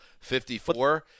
54